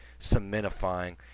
cementifying